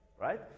right